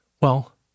Well